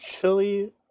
chili